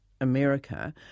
America